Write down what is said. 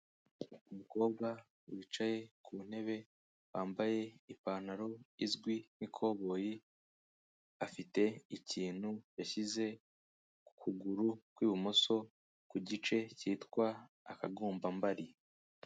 Umukobwa wicaye ku ntebe wambaye ipantaro izwi nk'ikoboyi, afite ikintu yashyize ku kuguru kw'ibumoso ku gice cyitwa akagomba mbari.